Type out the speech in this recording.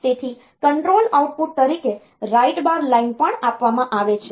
તેથી control output તરીકે write bar line પણ આપવામાં આવે છે